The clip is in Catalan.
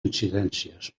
incidències